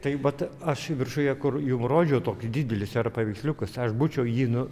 tai vat aš viršuje kur jum rodžiau tokį didelis yra paveiksliukus aš būčiau jį nu